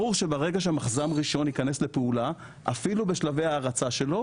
ברור שברגע שמחז"מ ראשון ייכנס לפעולה אפילו בשלבי ההרצה שלו,